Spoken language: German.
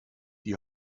die